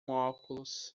óculos